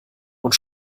und